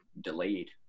delayed